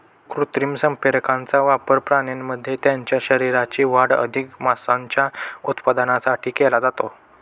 कृत्रिम संप्रेरकांचा वापर प्राण्यांमध्ये त्यांच्या शरीराची वाढ अधिक मांसाच्या उत्पादनासाठी केला जातो